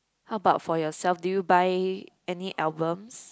how about for yourself do you buy any albums